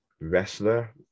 wrestler